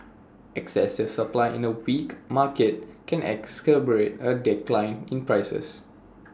excessive supply in A weak market can exacerbate A decline in prices